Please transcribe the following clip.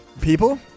people